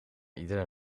iedere